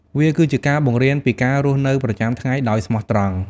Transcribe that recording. វាគឺជាការបង្រៀនពីការរស់នៅប្រចាំថ្ងៃដោយស្មោះត្រង់។